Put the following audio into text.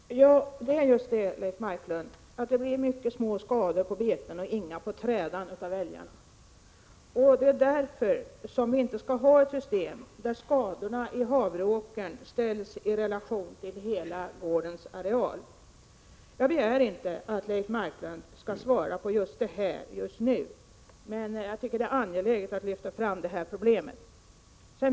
Herr talman! Det är just det, Leif Marklund, att det blir mycket små skador på beten och inga skador på trädan av älgarna, och därför skall det inte finnas ett system där skadorna i havreåkern ställs i relation till hela gårdens areal. Jag begär inte att Leif Marklund skall ta upp den frågan just nu, men det är angeläget att lyfta fram problemet.